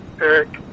Eric